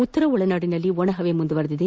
ಉತ್ತರ ಒಳನಾಡಿನಲ್ಲಿ ಒಣ ಪವೆ ಮುಂದುವರೆದಿದೆ